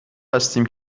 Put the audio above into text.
هستیم